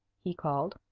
he called.